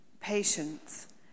patience